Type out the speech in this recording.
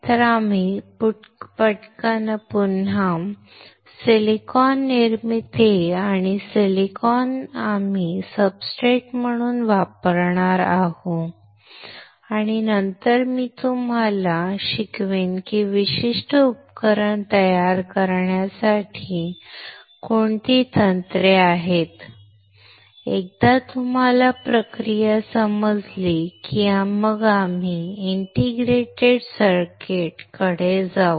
तर आम्ही पुन्हा पटकन सिलिकॉनची निर्मिती आणि सिलिकॉन आम्ही सब्सट्रेट म्हणून वापरणार आहोत आणि नंतर मी तुम्हाला शिकवीन की विशिष्ट उपकरण तयार करण्यासाठी कोणती तंत्रे आहेत एकदा तुम्हाला प्रक्रिया समजली की मग आम्ही इंटिग्रेटेड सर्किट्स कडे जाऊ